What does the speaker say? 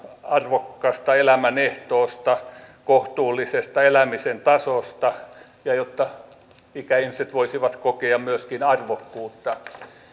arvokkaasta elämän ehtoosta kohtuullisesta elämisen tasosta jotta ikäihmiset voisivat kokea myöskin arvokkuutta